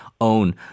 own